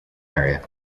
area